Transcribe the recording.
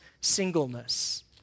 singleness